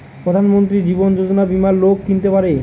প্রধান মন্ত্রী জীবন যোজনা বীমা লোক কিনতে পারে